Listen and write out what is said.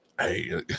Hey